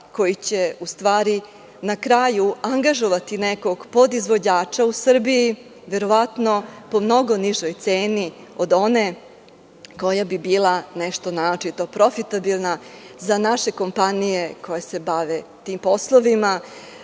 koji će na kraju angažovati nekog podizvođača u Srbiji, verovatno, po mnogo nižoj ceni od one koja bi bila nešto naročito profitabilna za naše kompanije koje se bave tim poslovima,